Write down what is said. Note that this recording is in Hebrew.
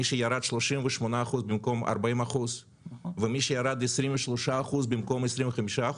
ירד 38% במקום 40%; ומי שירד 23% במקום 25%,